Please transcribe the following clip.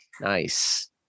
Nice